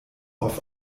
auf